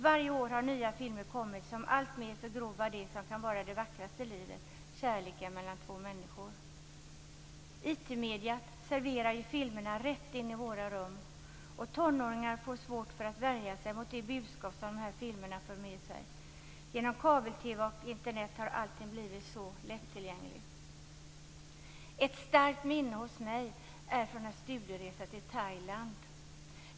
Varje år har det kommit nya filmer som alltmer förgrovar det som kan vara det vackraste i livet - kärleken mellan två människor. IT-mediet serverar ju filmerna rätt in i våra rum, och tonåringar får svårt att värja sig mot dessa filmers budskap. Genom kabel-TV och Internet har allting blivit så lättillgängligt. Ett starkt minne hos mig är från en studieresa till Thailand.